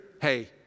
Hey